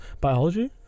Biology